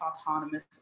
autonomous